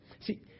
See